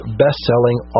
best-selling